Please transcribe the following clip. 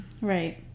Right